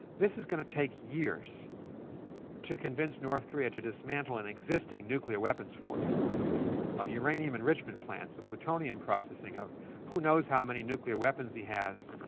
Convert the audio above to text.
this is going to take years to convince north korea to dismantle an existing nuclear weapons force of uranium enrichment plants, the plutonium processing of who knows how many nuclear weapons he has.